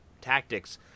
tactics